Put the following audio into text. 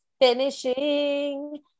finishing